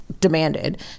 demanded